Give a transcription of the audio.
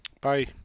Bye